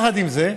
יחד עם זה,